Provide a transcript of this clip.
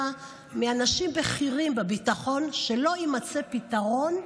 מאנשים בכירים בביטחון שלא יימצא פתרון,